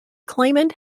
claimant